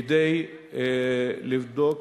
כדי לבדוק